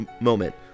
moment